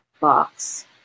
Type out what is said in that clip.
box